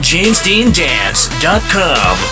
JamesDeanDance.com